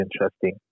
interesting